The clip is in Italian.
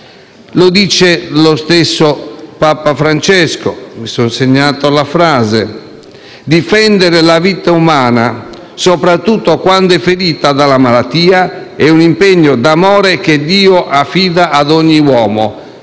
Lo dice lo stesso Papa Francesco e mi sono segnato la frase: «Difendere la vita umana, soprattutto quando è ferita dalla malattia, è un impegno d'amore che Dio affida ad ogni uomo»